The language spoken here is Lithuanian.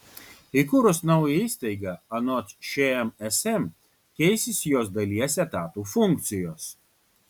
įkūrus naują įstaigą anot šmsm keisis jos dalies etatų funkcijos